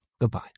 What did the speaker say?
goodbye